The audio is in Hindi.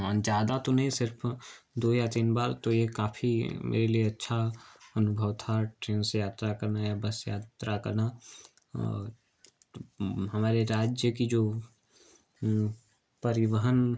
ज़्यादा तो नहीं सिर्फ दो या तीन बार तो ये काफ़ी मेरे लिए अच्छा अनुभव था ट्रेन से यात्रा करने बस से यात्रा करना हमारे राज्य की जो परिवहन